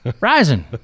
Rising